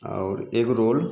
आओर एगरोल